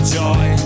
joy